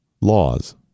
laws